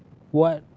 what